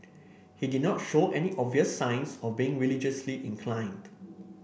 he did not show any obvious signs of being religiously inclined